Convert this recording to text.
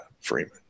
Freeman